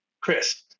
Chris